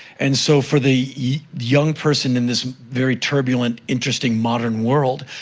and so, for the young person in this very turbulent, interesting, modern world,